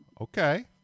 Okay